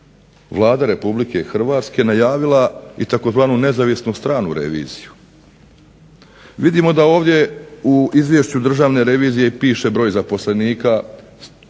Vlada Republike Hrvatske najavila i tzv. nezavisnu stranu reviziju. Vidimo da ovdje u Izvješću Državne revizije piše broj zaposlenika.